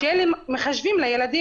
שיהיו מחשבים לילדים,